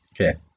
Okay